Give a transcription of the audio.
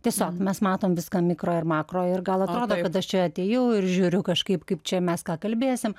tiesiog mes matom viską mikro ir makro ir gal atrodo kad aš čia atėjau ir žiūriu kažkaip kaip čia mes ką kalbėsim